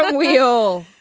we all.